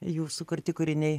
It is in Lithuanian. jų sukurti kūriniai